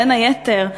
בין היתר,